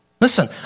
Listen